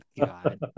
God